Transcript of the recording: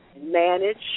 manage